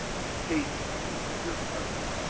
take into your heart.